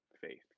faith